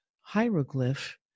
hieroglyph